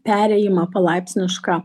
perėjimą palaipsnišką